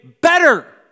better